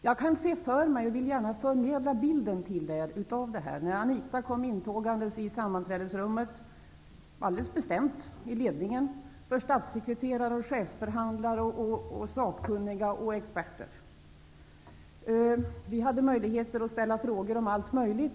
Jag vill gärna förmedla bilden till er om hur Anita Gradin kom intågande i sammanträdesrummet alldeles bestämt i ledningen för statssekreterare, chefsförhandlare, sakkunniga och experter. Vi hade möjlighet att ställa frågor om allt möjligt.